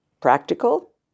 Practical